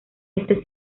este